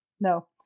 no